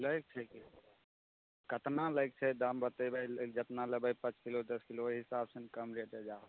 लैके छै की केतना लैके छै दाम बतेबै जतना लेबय पाँच किलो दश किलो ओहि हिसाब से नहि कम रेट एजाँ होयतै